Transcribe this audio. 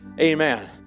Amen